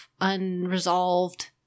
unresolved